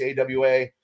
AWA